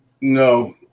No